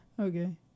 Okay